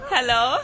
Hello